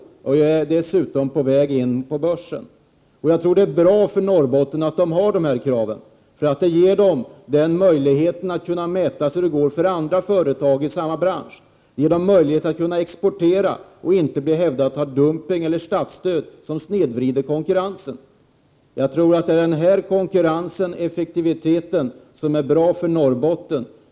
1988/89:126 väg in på börsen. Jag tror att det är bra för Norrbotten att dessa företag har — 1 juni 1989 sådana krav, för det ger dem möjligheten att mäta hur det går för andra företag i samma bransch, möjlighet att exportera utan att de blir hejdade av dumpning eller statsstöd som snedvrider konkurrensen. Jag tror att konkurrens och effektivitet är bra för Norrbotten.